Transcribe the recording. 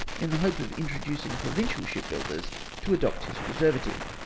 in the hope of inducing provincial ship builders to adopt his preservative.